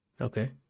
Okay